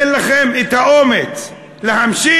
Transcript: אין לכם את האומץ להמשיך.